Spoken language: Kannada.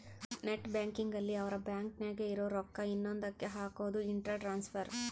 ನೆಟ್ ಬ್ಯಾಂಕಿಂಗ್ ಅಲ್ಲಿ ಅವ್ರ ಬ್ಯಾಂಕ್ ನಾಗೇ ಇರೊ ರೊಕ್ಕ ಇನ್ನೊಂದ ಕ್ಕೆ ಹಕೋದು ಇಂಟ್ರ ಟ್ರಾನ್ಸ್ಫರ್